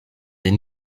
des